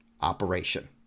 operation